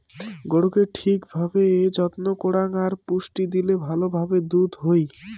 গরুকে ঠিক ভাবে যত্ন করাং আর পুষ্টি দিলে ভালো ভাবে দুধ হই